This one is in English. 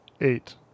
eight